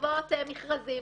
חובות מכרזים,